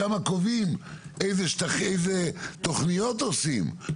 משם קובעים איזה תכניות עושים.